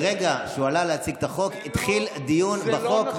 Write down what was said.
ברגע שהוא עלה להציג את החוק התחיל דיון בחוק.